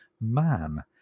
man